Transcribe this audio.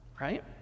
right